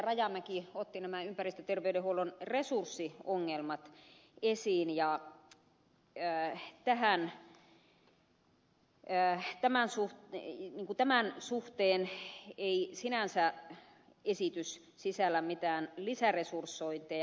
rajamäki otti nämä ympäristöterveydenhuollon resurssiongelmat esiin ja tämän suhteen ei sinänsä esitys sisällä mitään lisäresursointeja